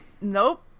Nope